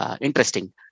interesting